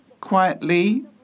quietly